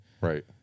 right